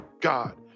god